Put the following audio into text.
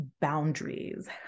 Boundaries